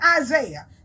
Isaiah